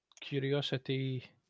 curiosity